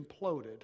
imploded